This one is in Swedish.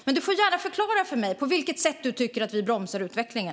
Men du får gärna förklara för mig på vilket sätt du tycker att vi bromsar utvecklingen.